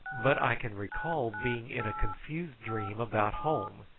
but i can recall being in a confused dream about home,